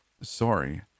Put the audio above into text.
Sorry